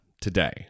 today